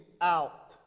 out